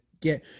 get